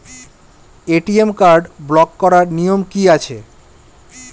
ATM card block করার নিয়ম কি আছে?